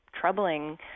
troubling